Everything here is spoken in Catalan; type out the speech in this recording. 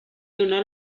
dóna